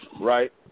right